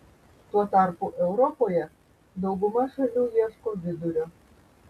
tuo tarpu europoje dauguma šalių ieško vidurio